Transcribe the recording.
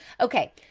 Okay